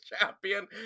champion